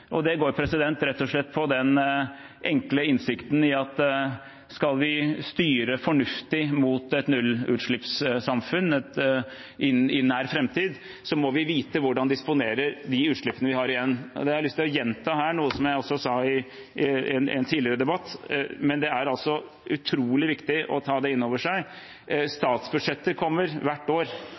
utslippsbudsjett. Det går rett og slett på den enkle innsikten om at skal vi styre fornuftig mot et nullutslippssamfunn i nær framtid, må vi vite hvordan vi disponerer de utslippene vi har igjen. Da har jeg lyst til å gjenta noe her som jeg også sa i en tidligere debatt, men som det er utrolig viktig å ta inn over seg. Statsbudsjettet kommer hvert år,